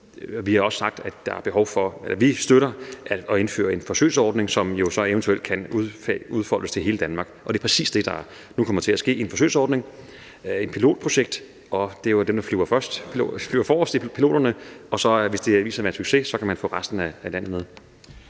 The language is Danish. Vi har også sagt, at vi støtter at indføre en forsøgsordning, som jo så eventuelt kan udfoldes til hele Danmark. Og det er præcis det, der nu kommer til at ske i en forsøgsordning. Det er et pilotprojekt – det er jo piloterne, der flyver forrest – og hvis det viser sig at være en succes, kan man få resten af landet med.